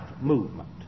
movement